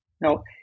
Now